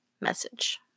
message